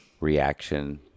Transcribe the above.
Reaction